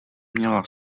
měla